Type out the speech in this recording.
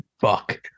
fuck